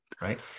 right